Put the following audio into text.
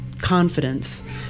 confidence